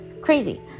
crazy